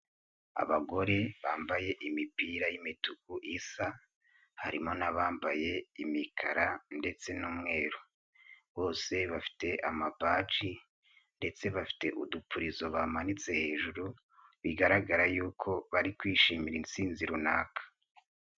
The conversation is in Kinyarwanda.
Abagore bambaye imipira y'imituku isa, harimo n'abambaye imikara ndetse n'umweru, bose bafite amabaji ndetse bafite udupurizo bamanitse hejuru, bigaragara yuko bari kwishimira intsinzi runaka.